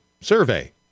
survey